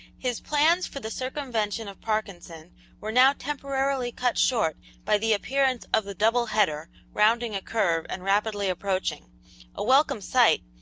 his plans for the circumvention of parkinson were now temporarily cut short by the appearance of the double-header rounding a curve and rapidly approaching a welcome sight,